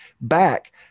back